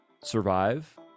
survive